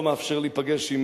לא מאפשר להיפגש,